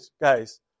guys